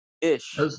Ish